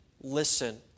listen